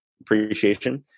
appreciation